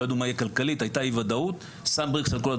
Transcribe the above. לא ידעו מה יהיה כלכלית,